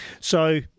So-